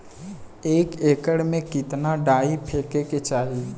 एक एकड़ में कितना डाई फेके के चाही?